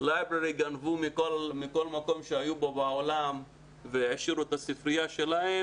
Library גנבו מכל מקום שהיו בו בעולם והעשירו את הספרייה שלהם,